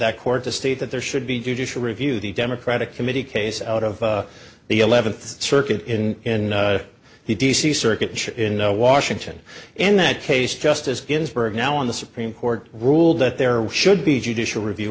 that court to state that there should be judicial review the democratic committee case out of the eleventh circuit in the d c circuit in a washington in that case justice ginsburg now on the supreme court ruled that there should be judicial review